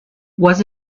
was